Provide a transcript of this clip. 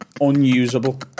unusable